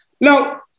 Now